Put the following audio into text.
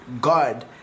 God